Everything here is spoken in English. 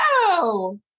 no